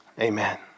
Amen